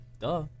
Duh